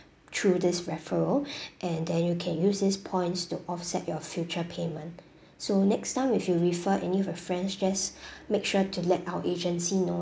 through this referral and then you can use this points to offset your future payment so next time if you refer any of your friends just make sure to let our agency know